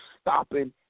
stopping